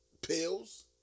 Pills